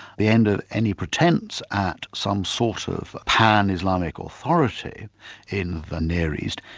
the end of any pretence at some sort of pan-islamic authority in the near east,